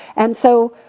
and so,